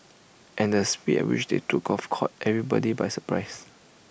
and the speed at which they took off caught everybody by surprise